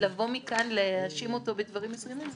לבוא מכאן ולהאשים אותו בדברים מסוימים,